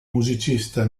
musicista